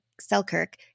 Selkirk